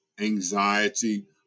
anxiety